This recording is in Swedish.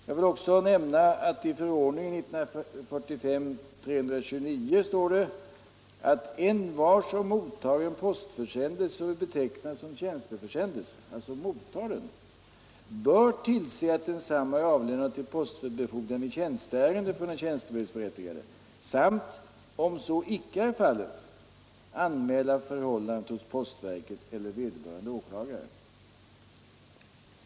Jag vill också nämna att i förordningen 1945:329 står det att envar som mottar en postförsändelse som är betecknad som tjänsteförsändelse —- alltså mottagaren — bör tillse att densamma är avlämnad till postbefordran i tjänsteärende för den tjänstebrevsberättigade och om så icke är fallet anmäla förhållandet hos postverket eller vederbörande åklagare.